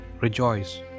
Rejoice